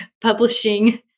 publishing